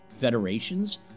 Federations